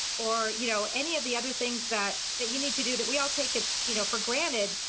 or you know any of the other things that that you need to do that we all take it you know for granted,